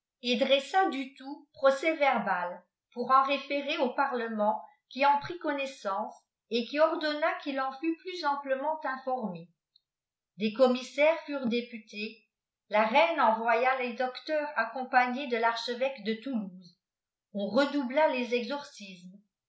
et dressa du tout prorès verbal pour en référer au parlement qui en prit connaissance et qui ordonna qu'il en fût plus amplement informé des commissaires furent députés la reine envoya des docteurs accompagnés de rardfevéque de toulouse on redotibla les exorcismes